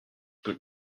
but